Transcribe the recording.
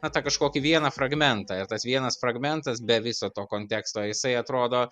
na tą kažkokį vieną fragmentą ir tas vienas fragmentas be viso to konteksto jisai atrodo